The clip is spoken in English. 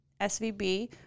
SVB